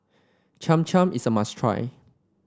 Cham Cham is a must try